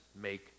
make